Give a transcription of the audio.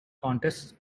contests